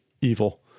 evil